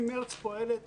המערכת מחודש מארס פועלת